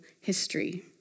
history